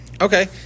okay